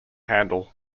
handle